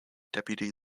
deputy